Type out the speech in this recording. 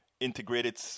Integrated